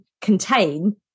contain